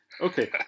Okay